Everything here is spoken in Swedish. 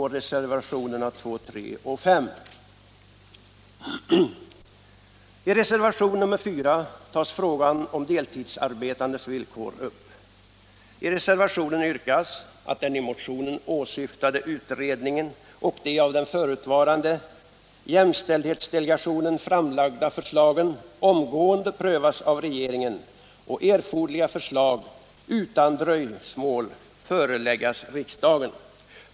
I reservationen yrkas att den i motionen åsyftade utredningen och de av den förutvarande jämställdhetsdelegationen framlagda förslagen omgående prövas av regeringen och att erforderliga förslag utan dröjsmål föreläggs riksdagen.